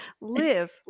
live